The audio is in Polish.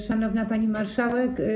Szanowna Pani Marszałek!